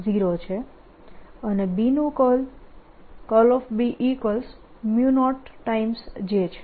B0 છે અને B નું કર્લ B0 J છે